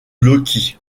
loki